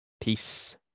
Peace